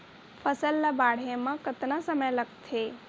फसल ला बाढ़े मा कतना समय लगथे?